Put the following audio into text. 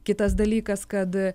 kitas dalykas kad